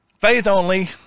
Faith-only